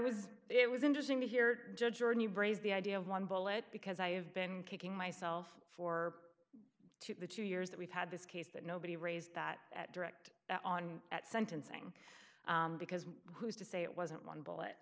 was it was interesting to hear judge your new braze the idea of one bullet because i have been kicking myself for two the two years that we've had this case that nobody raised that direct on at sentencing because who's to say it wasn't one bullet